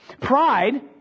Pride